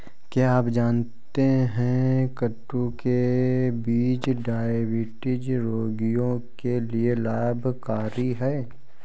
क्या आप जानते है कद्दू के बीज डायबिटीज रोगियों के लिए लाभकारी है?